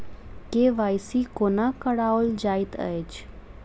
KYC कोना कराओल जाइत अछि?